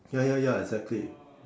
ya ya ya exactly